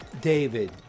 David